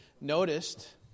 noticed